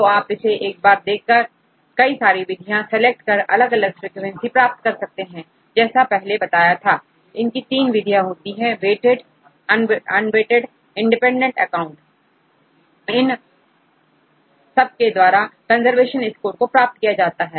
तो आप इसे एक बार देखकर कई सारी विधियां सेलेक्ट कर अलग अलग फ्रीक्वेंसी प्राप्त कर सकते हैं जैसा पहले बताया था इनकी तीन विधियां होती है वेटेड अनवेटेड इंडिपेंडेंट अकाउंट इन सब के द्वारा कंजर्वेशन स्कोर प्राप्त किया जा सकता है